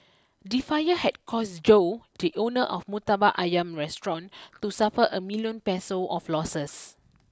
the fire had caused Joe the owner of a Murtabak Ayam restaurant to suffer a million Peso of losses